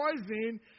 poison